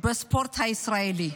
בספורט הישראלי.